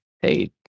Hey